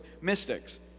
Mystics